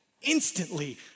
instantly